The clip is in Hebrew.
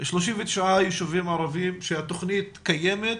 39 ישובים ערביים שהתכנית קיימת.